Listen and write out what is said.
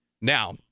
Now